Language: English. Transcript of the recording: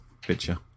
picture